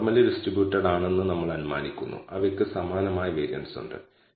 അതിനാൽ σ2 എന്നത് error variance ആണ് Sxx എന്നത് ഇൻഡിപെൻഡന്റ് വേരിയബിളിന്റെ വേരിയൻസ് ആണ്